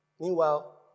Meanwhile